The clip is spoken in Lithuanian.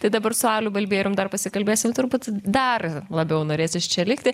tai dabar su aliu balbierium dar pasikalbėsim turbūt dar labiau norėsis čia likti